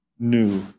new